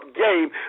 game